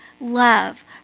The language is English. love